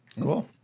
Cool